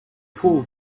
pool